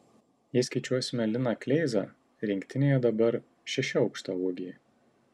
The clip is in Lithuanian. jei skaičiuosime liną kleizą rinktinėje dabar šeši aukštaūgiai